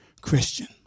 Christian